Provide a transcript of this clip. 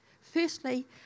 Firstly